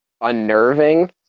unnerving